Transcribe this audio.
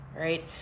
right